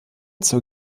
zur